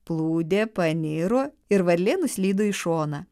plūdė paniro ir varlė nuslydo į šoną